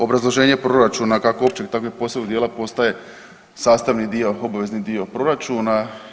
Obrazloženje proračuna kako općeg tako i posebnog dijela postaje sastavni dio, obavezni dio proračuna.